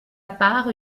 part